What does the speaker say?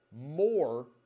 more